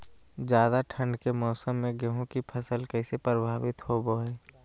ज्यादा ठंड के मौसम में गेहूं के फसल कैसे प्रभावित होबो हय?